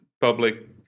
public